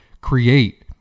create